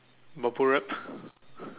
bubble wrap